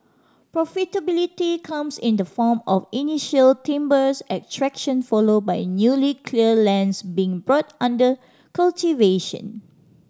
profitability comes in the form of initial timbers extraction followed by newly cleared lands being brought under cultivation